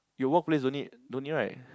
your work place don't need no need [right]